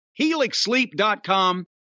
HelixSleep.com